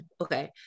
okay